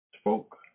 spoke